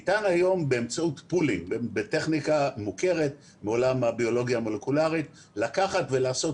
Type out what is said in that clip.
ניתן היום בטכניקה מוכרת בעולם הביולוגיה המולקולרית לקחת ולעשות